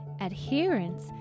adherence